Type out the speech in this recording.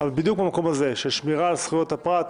בדיוק במקום הזה: של שמירה על זכויות הפרט,